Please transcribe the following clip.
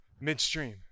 midstream